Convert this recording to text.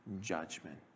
judgment